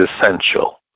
essential